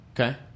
Okay